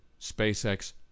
SpaceX